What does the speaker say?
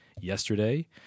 yesterday